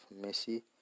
messi